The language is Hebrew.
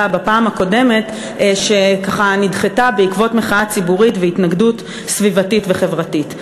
בפעם הקודמת ואשר נדחתה בעקבות מחאה ציבורית והתנגדות סביבתית וחברתית.